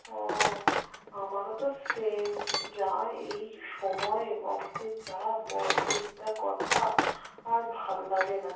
ও আমারও তো সেম যা এই সময় অফিসের যা বসদের যা কথা আর ভাল লাগে না